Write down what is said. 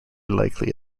likely